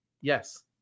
Yes